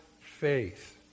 faith